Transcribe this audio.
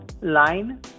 line